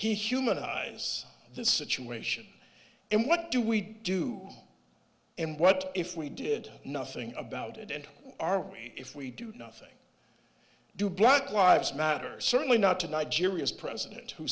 he humanize this situation and what do we do and what if we did nothing about it and if we do nothing do black lives matter certainly not to nigeria's president who